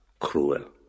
cruel